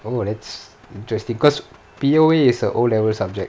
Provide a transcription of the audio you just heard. oh that's interesting bebecause P_O_A is a O level subject